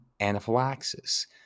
anaphylaxis